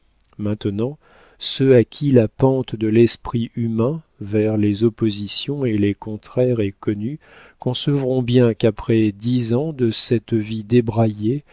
maintenant ceux à qui la pente de l'esprit humain vers les oppositions et les contraires est connue concevront bien qu'après dix ans de cette vie débraillée